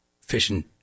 fishing